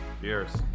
Cheers